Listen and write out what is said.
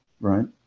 right